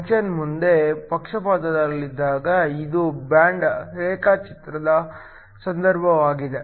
junction ಮುಂದೆ ಪಕ್ಷಪಾತದಲ್ಲಿದ್ದಾಗ ಇದು ಬ್ಯಾಂಡ್ ರೇಖಾಚಿತ್ರದ ಸಂದರ್ಭವಾಗಿದೆ